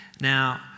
Now